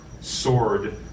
sword